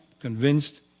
convinced